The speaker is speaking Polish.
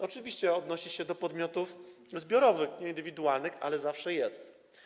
Oczywiście odnosi się to do podmiotów zbiorowych, a nie indywidualnych, ale zawsze jest.